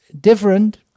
different